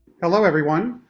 hello everyone,